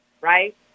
right